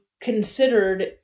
considered